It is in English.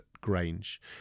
Grange